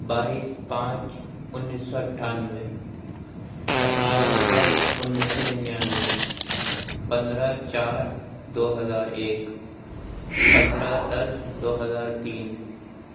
بائیس پانچ انیس سو اٹھانوے اٹھائیس دس انیس سو ننانوے پندرہ چار دو ہزار ایک پندرہ دس دو ہزار تین